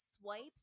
swipes